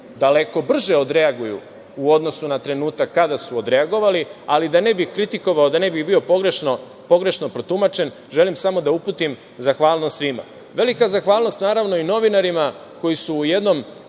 daleko brže odreaguju u odnosu na trenutak kada su odreagovali, ali da ne bih kritikovao, da ne bih bio pogrešno protumačen, želim samo da uputim zahvalnost svima. Velika zahvalnost, naravno, i novinarima, koji su u jednom